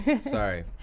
Sorry